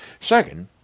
Second